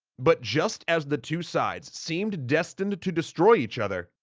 but just as the two sides seemed destined to destroy each other,